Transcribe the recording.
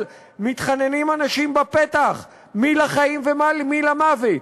מתחננים אנשים בפתח מי לחיים ומי למוות,